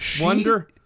Wonder